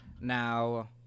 now